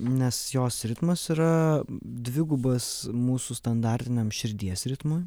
nes jos ritmas yra dvigubas mūsų standartiniam širdies ritmui